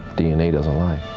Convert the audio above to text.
dna doesn't lie.